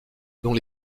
dont